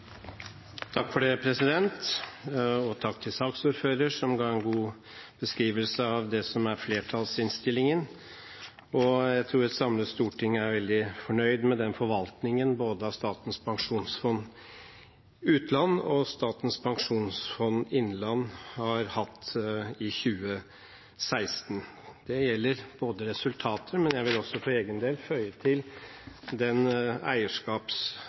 som er flertallsinnstillingen. Jeg tror et samlet storting er veldig fornøyd med forvaltningen av både Statens pensjonsfond utland og Statens pensjonsfond innland i 2016. Det gjelder resultater, men jeg vil også for egen del føye til den